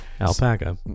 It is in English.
alpaca